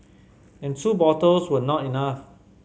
and two bottles were not enough